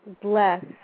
bless